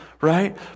right